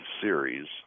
series